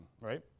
Right